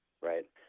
right